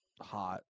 hot